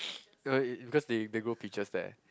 uh because they they grow peaches there